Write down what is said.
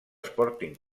sporting